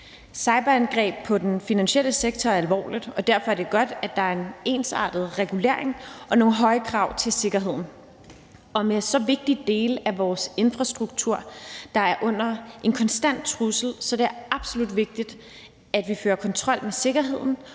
Cyberangreb på den finansielle sektor er alvorligt, og derfor er det godt, at der er en ensartet regulering og nogle høje krav til sikkerheden. Med så vigtige dele af vores infrastruktur, der er under en konstant trussel, er det absolut vigtigt, at vi fører kontrol med sikkerheden,